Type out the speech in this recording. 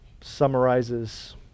summarizes